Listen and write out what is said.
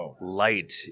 light